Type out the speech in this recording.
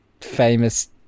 famous